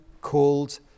called